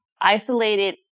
isolated